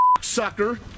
sucker